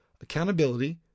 accountability